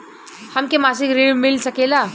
हमके मासिक ऋण मिल सकेला?